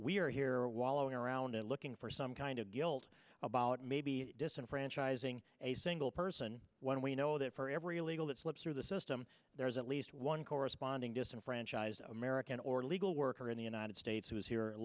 we are here wallowing around and looking for some kind of guilt about maybe disenfranchising a single person when we know that for every illegal that slips through the system there's at least one corresponding disenfranchised american or legal worker in the united states who is here